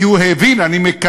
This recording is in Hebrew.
כי הוא הבין, אני מקווה,